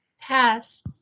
Pass